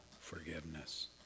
forgiveness